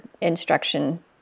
instruction